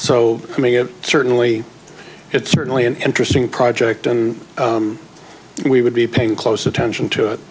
so i mean it certainly it's certainly an interesting project and we would be paying close attention to it